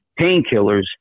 painkillers